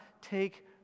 take